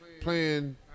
playing